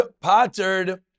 pottered